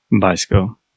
bicycle